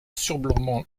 surplombant